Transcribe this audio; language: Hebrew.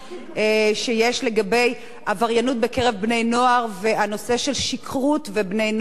שיש לגבי עבריינות בקרב בני-נוער והנושא של שכרות ובני-נוער,